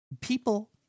People